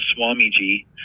swamiji